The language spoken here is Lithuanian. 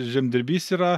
žemdirbys yra